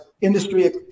industry